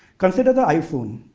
consider the iphone,